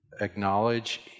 acknowledge